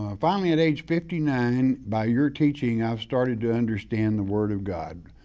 um finally at age fifty nine, by your teaching, i've started to understand the word of god.